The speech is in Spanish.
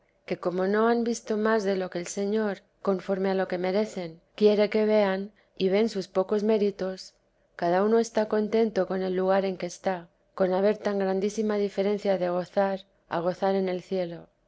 que como no han visto más de lo que el señor conforme a lo que merecen quiere que vean y ven sus pocos méritos cada uno está contento con el lugar en que está con haber tan grandísima diferencia de gozar a gozar en el cielo